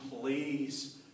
please